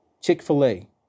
Chick-fil-A